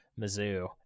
Mizzou